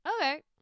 okay